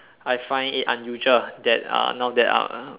I find it unusual that uh now there uh